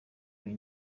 iyo